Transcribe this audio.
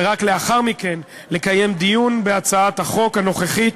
ורק לאחר מכן לקיים דיון בהצעת החוק הנוכחית,